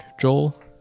Joel